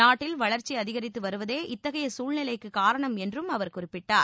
நாட்டில் வளர்ச்சி அதிகரித்து வருவதே இத்தகைய சூழ்நிலைக்குக் காரணம் என்றும் அவர் குறிப்பிட்டார்